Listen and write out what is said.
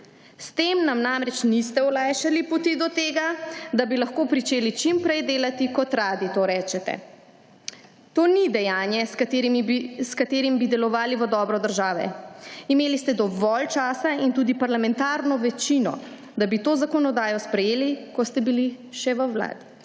S tem nam namreč niste olajšali poti do tega, da bi lahko pričeli čimprej delati kot radi to rečete. To ni dejanje s katerim bi delovali v dobro države. Imeli ste dovolj časa in tudi parlamentarno večino, da bi to zakonodajo sprejeli, ko ste bili še v vladi.